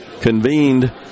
convened